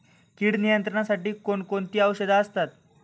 कीड नियंत्रणासाठी कोण कोणती औषधे असतात?